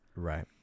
Right